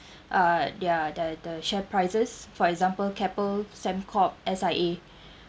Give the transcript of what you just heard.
uh their the the share prices for example Keppel Sembcorp S_I_A